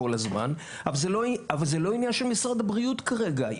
אבל זה לא עניין של משרד הבריאות כרגע,